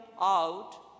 out